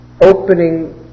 opening